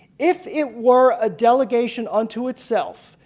if it were a delegation unto itself,